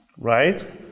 Right